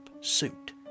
suit